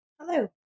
Hello